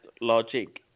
logic